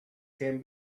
can